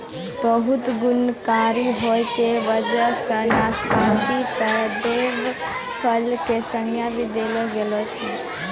बहुत गुणकारी होय के वजह सॅ नाशपाती कॅ देव फल के संज्ञा भी देलो गेलो छै